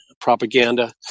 propaganda